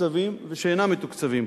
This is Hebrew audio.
מתוקצבים ושאינם מתוקצבים,